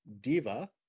Diva